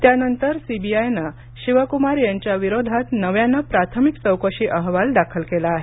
त्यानंतर सीबीआयनं शिवकुमार यांच्याविरोधात नव्यानं प्राथमिक चौकशी अहवाल दाखल केला आहे